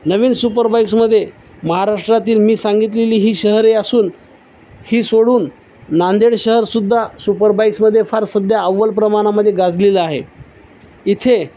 नवीन सुपरबाईक्समध्ये महाराष्ट्रातील मी सांगितलेली ही शहर असून ही सोडून नांदेड शहरसुद्धा सुपरबाईक्समध्ये फार सध्या अव्वल प्रमाणामध्ये गाजलेला आहे इथे